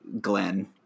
Glenn